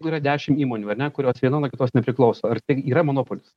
yra dešimt įmonių ar ne kurios viena nuo kitos nepriklauso ar tai yra monopolis